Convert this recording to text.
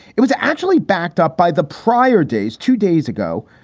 it was actually backed up by the prior days two days ago.